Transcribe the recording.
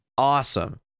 Awesome